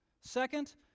Second